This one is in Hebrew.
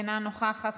אינה נוכחת,